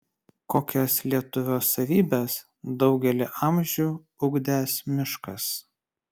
kokias lietuvio savybes daugelį amžių ugdęs miškas